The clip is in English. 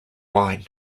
line